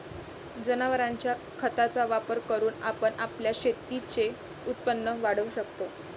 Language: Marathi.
जनावरांच्या खताचा वापर करून आपण आपल्या शेतीचे उत्पन्न वाढवू शकतो